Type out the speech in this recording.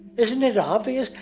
isn't it obvious?